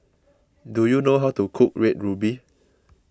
do you know how to cook Red Ruby